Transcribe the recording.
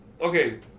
okay